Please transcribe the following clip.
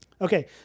Okay